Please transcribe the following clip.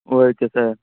okay sir